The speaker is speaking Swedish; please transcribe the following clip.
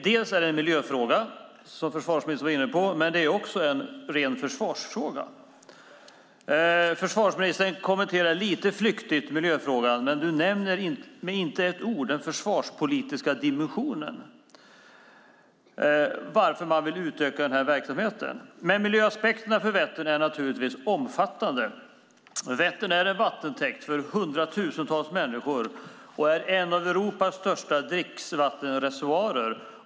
Dels är det en miljöfråga, precis som försvarsministern var inne på, dels är det också en försvarsfråga. Försvarsministern kommenterar lite flyktigt miljöfrågan, men han nämner inte med ett ord den försvarspolitiska dimensionen, det vill säga varför man vill utöka den här verksamheten. Miljöaspekterna är naturligtvis omfattande när det gäller Vättern. Vättern är vattentäkt för hundratusentals människor och är en av Europas största dricksvattenreservoarer.